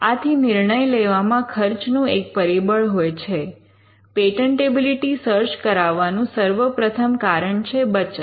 આથી નિર્ણય લેવામાં ખર્ચનું એક પરિબળ હોય છે પેટન્ટેબિલિટી સર્ચ કરાવવાનું સર્વ પ્રથમ કારણ છે બચત